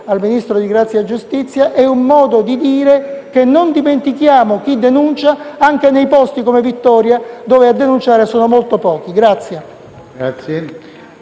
al Ministro della giustizia - è un modo di dire che non dimentichiamo chi denuncia anche nei posti come Vittoria, dove a denunciare sono molto pochi.